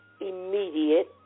immediate